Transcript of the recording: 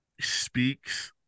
speaks